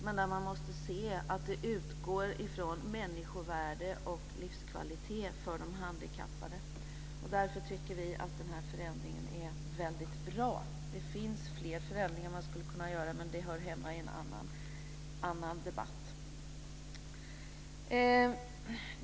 Men man måste se att det utgår från människovärde och livskvalitet för de handikappade. Därför tycker vi att den här förändringen är väldigt bra. Det finns fler förändringar man skulle kunna göra, men de hör hemma i en annan debatt.